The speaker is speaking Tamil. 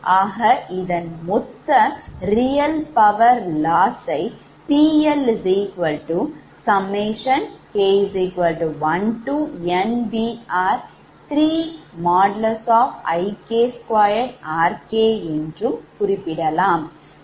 ஆக இதன் மொத்த real power lossசை 𝑃𝐿k1NBR3IK2RK என்றும் குறிப்பிடலாம்